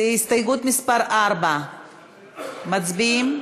הסתייגות מס' 4, מצביעים?